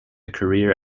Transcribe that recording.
career